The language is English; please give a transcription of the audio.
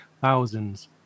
thousands